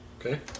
Okay